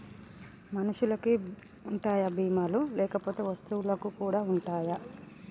మనుషులకి ఉంటాయా బీమా లు లేకపోతే వస్తువులకు కూడా ఉంటయా?